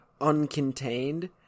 uncontained